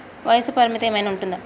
వయస్సు పరిమితి ఏమైనా ఉంటుందా?